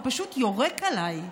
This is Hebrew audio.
ופשוט יורק עליי,